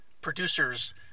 producers